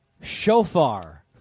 shofar